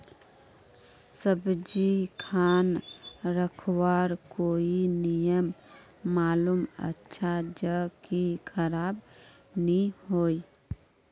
सब्जी खान रखवार कोई नियम मालूम अच्छा ज की खराब नि होय?